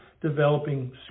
developing